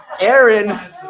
Aaron